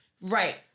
Right